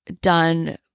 done